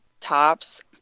tops